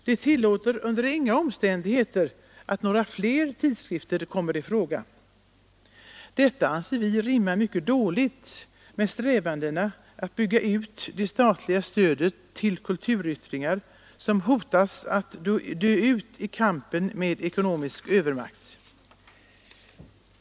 Det tillåter under inga omständigheter att några fler tidskrifter kommer i fråga. Detta anser vi rimma mycket dåligt med strävandena att bygga ut det statliga stödet till kulturyttringar som hotas att dö ut i kampen mot ekonomisk övermakt.